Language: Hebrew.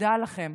מודה לכם